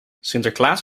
sinterklaas